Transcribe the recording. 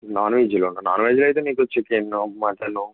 నాన్వెజ్లోనా నాన్వెజ్లో అయితే మీకు చికెన్ మటన్